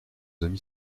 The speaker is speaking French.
amis